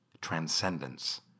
Transcendence